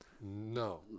No